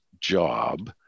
job